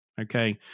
Okay